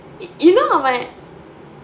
you know அவன்:avan